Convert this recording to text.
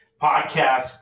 Podcast